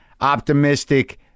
Optimistic